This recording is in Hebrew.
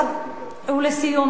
ולסיום,